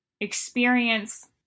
experience